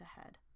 ahead